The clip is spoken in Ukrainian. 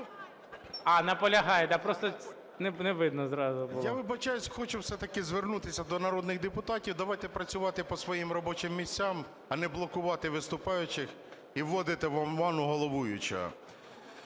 А, наполягаєте. Просто не видно зразу було. 10:51:45 МАМКА Г.М. Я вибачаюсь, хочу все-таки звернутися до народних депутатів. Давайте працювати по своїм робочим місцям, а не блокувати виступаючих і вводити в оману головуючого.